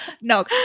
No